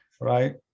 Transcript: Right